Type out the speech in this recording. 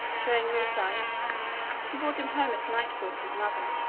showing him the sights, and brought him home at nightfall to his mother,